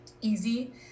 easy